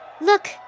look